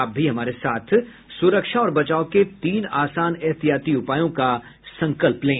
आप भी हमारे साथ सुरक्षा और बचाव के तीन आसान एहतियाती उपायों का संकल्प लें